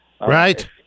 Right